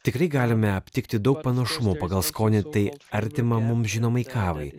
tikrai galime aptikti daug panašumų pagal skonį tai artima mums žinomai kavai